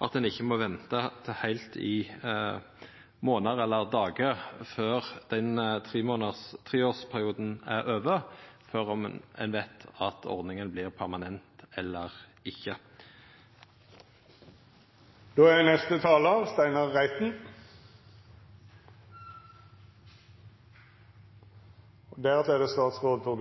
så ein ikkje må venta i månader – eller dagar – før treårsperioden er over før ein veit om ordninga vert permanent eller ikkje. Norge er et av få land som har en komplett maritim